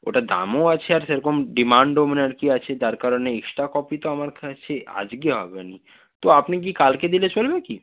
ওটার দামও আছে আর সেরকম ডিমান্ডও মানে আর কি আছে যার কারণে এক্সট্রা কপি তো আমার কাছে আজকে হবে না তো আপনি কি কালকে দিলে চলবে কি